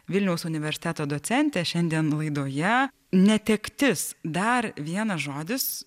vilniaus universiteto docentė šiandien laidoje netektis dar vienas žodis